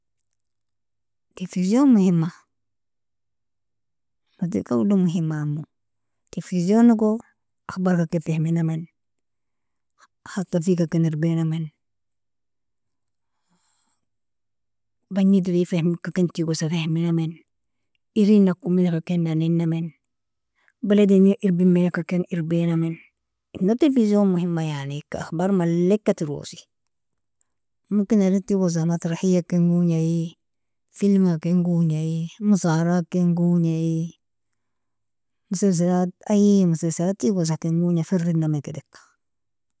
Tilfisyon mohima, mazika udog mohimamo tilfisyonlog akhbarka ken fehminamen haslafika ken irbinamen banjidari fehmika ken tigosa fehminamen irinakom maleka ken nalinamen baladini irbimenika ken irbinamen, inog tilfisyon mohima yani ika akhbar maleka terwosi momkina erin tigosa masrahia ken gonjya filmga ken gonjya mosaara, ken gonjya mosalsalat ayi mosalsalat tigosa ken gonja fergnami kedeka.